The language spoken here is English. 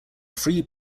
free